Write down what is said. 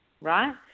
right